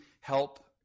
help